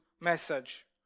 message